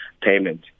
payment